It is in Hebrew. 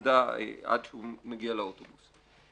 במזוודה עד שהוא מגיע לאוטובוס.